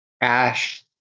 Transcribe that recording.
Ash